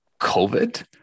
COVID